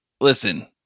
Listen